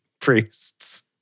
priests